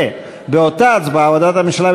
ובאותה הצבעה: הודעת הממשלה,